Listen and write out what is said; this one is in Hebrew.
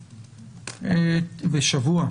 בשבוע,